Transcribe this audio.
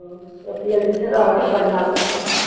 हूँ ओहिके लेल जे छै रहबै बढ़िआँसँ अपन